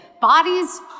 Bodies